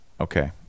Okay